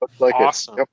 awesome